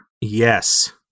Yes